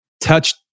touch